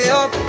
up